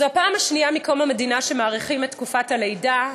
זאת הפעם השנייה מקום המדינה שמאריכים את תקופת הלידה,